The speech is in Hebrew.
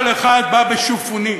כל אחד בא ב"שופוני".